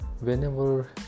whenever